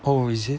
oh is it